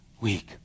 weak